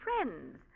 friends